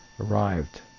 arrived